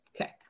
Okay